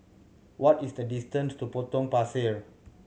what is the distance to Potong Pasir